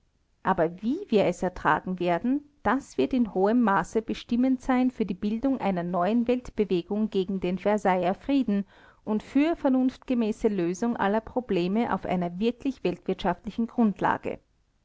aber wie wir es ertragen werden das wird in hohem maße bestimmend sein für die bildung einer neuen weltbewegung gegen den versailler frieden und für vernunftgemäße lösung aller probleme auf einer wirklich weltwirtschaftlichen grundlage